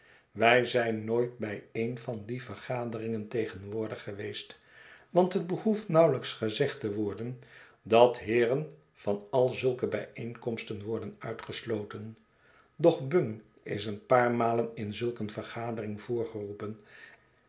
wij zijn nooit bij een van die vergaderingen tegenwoordig geweest want het behoeft nauwelijks gezegd te worden datheeren van al zulke bijeenkomsten worden uitgesloten doch bung is een paar malen in zulk een vergadering